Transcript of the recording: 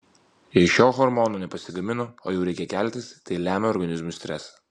jei šio hormono nepasigamino o jau reikia keltis tai lemia organizmui stresą